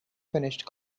finished